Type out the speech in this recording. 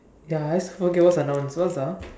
ya I also forget what's a noun what ah